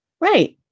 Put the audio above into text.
Right